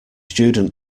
student